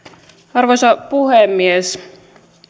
arvoisa puhemies